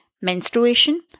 Menstruation